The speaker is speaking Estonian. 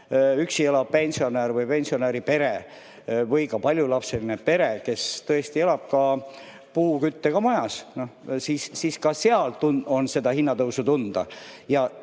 üksi elav pensionär või pensionäripere või paljulapseline pere elab puuküttega majas, siis ka seal on seda hinnatõusu tunda.